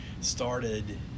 started